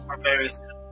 various